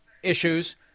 Issues